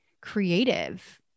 creative